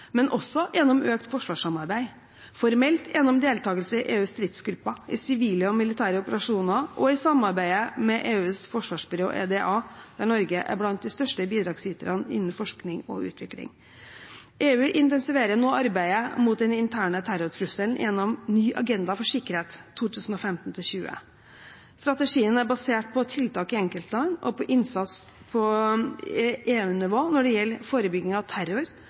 men også gjennom økt forsvarssamarbeid, formelt gjennom deltakelse i EUs stridsgrupper, i sivile og militære operasjoner og i samarbeidet med EUs forsvarsbyrå, EDA, der Norge er blant de største bidragsyterne innen forskning og utvikling. EU intensiverer nå arbeidet mot den interne terrortrusselen gjennom en ny agenda for sikkerhet 2015–2020. Strategien er basert på tiltak i enkeltland og på innsats på EU-nivå når det gjelder forebygging av terror,